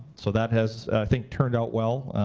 so that has, i think, turned out well.